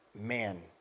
man